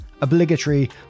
Obligatory